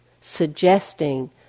suggesting